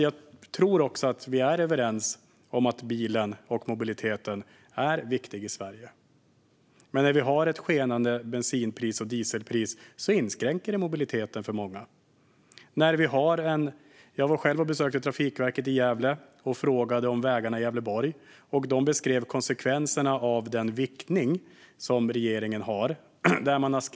Jag tror att vi är överens om att bilen och mobiliteten är viktiga i Sverige, men när vi har ett skenande bensinpris och dieselpris inskränker det mobiliteten för många. Jag var själv och besökte Trafikverket i Gävle och frågade om vägarna i Gävleborg. Trafikverket beskrev konsekvenserna av den viktning som regeringen har.